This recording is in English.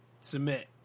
Submit